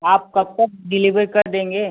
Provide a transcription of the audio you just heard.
आप कब तक डिलेवर कर देंगे